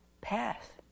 path